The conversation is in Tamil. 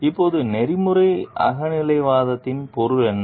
இப்போது நெறிமுறை அகநிலைவாதத்தின் பொருள் என்ன